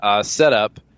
setup